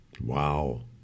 Wow